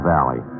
Valley